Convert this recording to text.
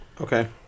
okay